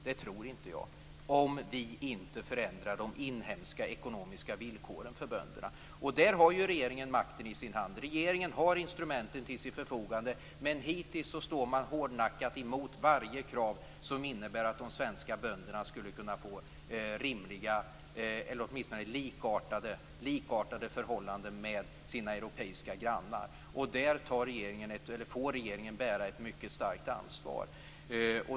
Det tror inte jag, om vi inte förändrar de inhemska ekonomiska villkoren för bönderna. Där har regeringen makten i sin hand. Regeringen har instrumenten till sitt förfogande. Men hittills har man stått hårdnackat emot varje krav som innebär att de svenska bönderna skulle kunna få rimliga eller åtminstone likartade förhållanden med sina europeiska grannar. I det här avseendet får regeringen bära ett mycket stort ansvar.